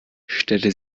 stellte